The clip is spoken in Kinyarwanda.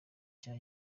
cye